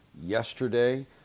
yesterday